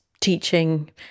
teaching